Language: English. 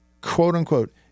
quote-unquote